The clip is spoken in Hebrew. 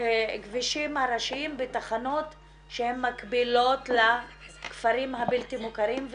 הכבישים הראשיים בתחנות שהן מקבילות לכפרים הבלתי מוכרים.